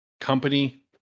company